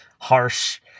harsh